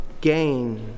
gain